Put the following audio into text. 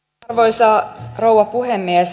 arvoisa rouva puhemies